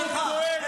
הדם על הידיים שלכם.